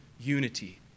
unity